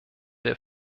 der